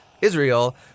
Israel